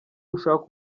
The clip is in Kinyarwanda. ushaka